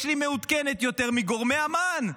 יש לי מעודכנת יותר מגורמי אמ"ן.